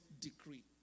decree